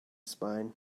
spine